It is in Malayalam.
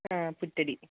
ആ പുത്തരി